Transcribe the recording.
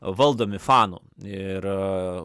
valdomi fanų ir